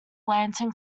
lantern